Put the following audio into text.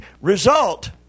result